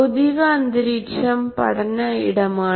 ഭൌതിക അന്തരീക്ഷം പഠന ഇടമാണ്